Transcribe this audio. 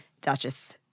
Duchess